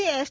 આજે એસ